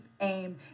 aim